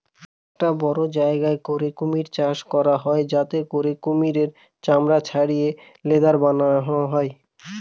একটা বড়ো জায়গা করে কুমির চাষ করা হয় যাতে করে কুমিরের চামড়া ছাড়িয়ে লেদার বানায়